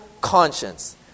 conscience